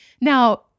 Now